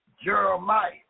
Jeremiah